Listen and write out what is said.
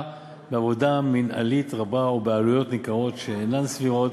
בעבודה מינהלית רבה או בעלויות ניכרות שאינן סבירות,